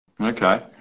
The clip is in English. Okay